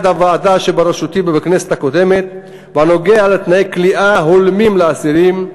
הוועדה שבראשותי בכנסת הקודמת ונוגע לתנאי כליאה הולמים לאסירים,